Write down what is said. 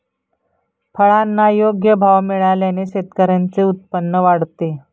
फळांना योग्य भाव मिळाल्याने शेतकऱ्यांचे उत्पन्न वाढते